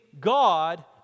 God